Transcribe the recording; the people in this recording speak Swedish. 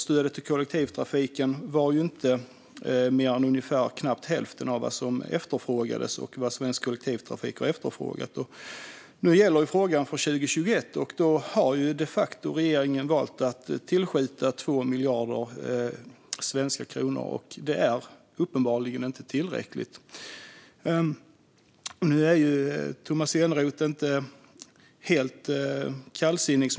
Stödet till kollektivtrafiken var inte mer än knappt hälften av vad som efterfrågades och vad Svensk Kollektivtrafik begärde. Nu gäller frågan alltså 2021. Regeringen har valt att de facto tillskjuta 2 miljarder kronor, och det är uppenbarligen inte tillräckligt. Som jag förstår det är Tomas Eneroth inte helt kallsinnig.